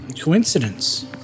coincidence